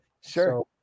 Sure